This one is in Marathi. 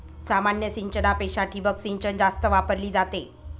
सामान्य सिंचनापेक्षा ठिबक सिंचन जास्त वापरली जाते